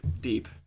deep